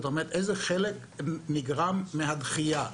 איזה חלק נגרם מהדחייה?